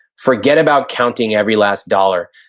forget about counting every last dollar.